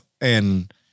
and-